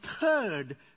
third